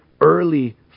early